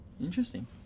Interesting